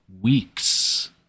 weeks